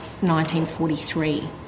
1943